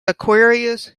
aquarius